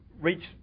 reach